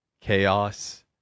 chaos